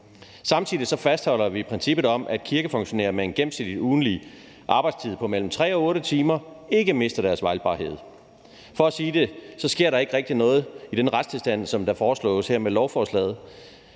Samtidig fastholder vi princippet om, at kirkefunktionærer med en gennemsnitlig ugentlig arbejdstid på mellem 3 og 8 timer ikke mister deres valgbarhed. For at sige det, som det er, sker der ikke rigtig noget med den gældende retstilstand med det, der foreslås her i lovforslaget.